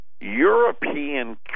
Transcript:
European